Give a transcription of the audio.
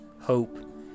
hope